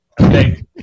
Okay